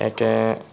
একে